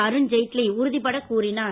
அருண்ஜேட்லி உறுதிபட கூறினார்